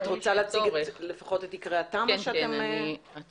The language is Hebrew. את רוצה להציג לפחות את עיקרי התמ"א שאתם בוחנים?